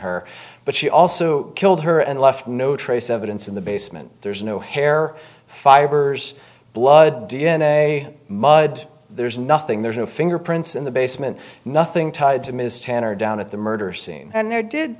her but she also killed her and left no trace evidence in the basement there's no hair fibers blood d n a mud there's nothing there's no fingerprints in the basement nothing tied to ms tanner down at the murder scene and